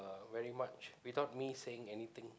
very much without me saying anything